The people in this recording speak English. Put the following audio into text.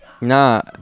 Nah